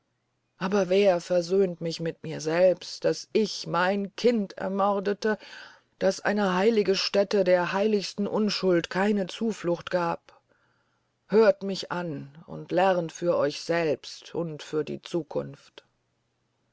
aber wer versöhnt mich mit mir selbst daß ich mein kind ermordete daß eine heilige stäte der heiligsten unschuld keine zuflucht gab hört mich an und lernt für euch selbst und für die zukunft